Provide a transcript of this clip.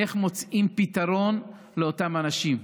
איך מוצאים פתרון לאותם אנשים.